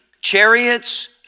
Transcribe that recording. chariots